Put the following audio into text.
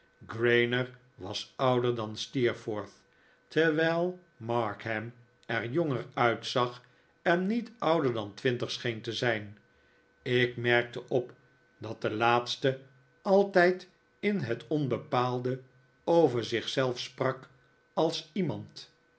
grainger was ouder dan steerforth terwijl markham er jonger uitzag en niet ouder dan twintig scheen te zijn ik merkte op dat de laatste altijd in het onbepaalde over zich zelf sprak als iemand